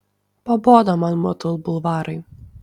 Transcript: pabodo man motul bulvarai